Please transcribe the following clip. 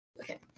Okay